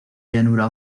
llanura